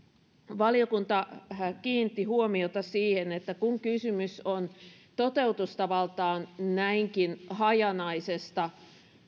valiokunta kiinnitti huomiota siihen että kun kysymys on toteutustavaltaan näinkin hajanaisesta